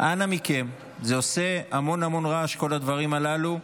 אנא מכם, זה עושה המון המון רעש, כל הדברים הללו.